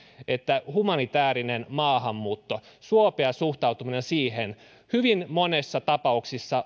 että humanitäärinen maahanmuutto suopea suhtautuminen siihen hyvin monissa tapauksissa